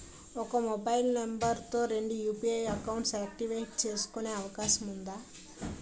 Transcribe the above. ఒక mobile number తో రెండు యు.పి.ఐ అకౌంట్స్ యాక్టివేట్ చేసుకునే అవకాశం వుందా?